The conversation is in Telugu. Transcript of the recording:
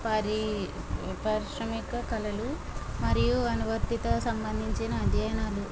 పరి పరిశ్రమిక కళలు మరియు అనువర్తిత సంబంధించిన అధ్యయనాలు